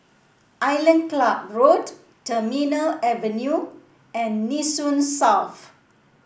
Island Club Road Terminal Avenue and Nee Soon South